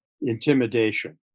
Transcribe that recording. intimidation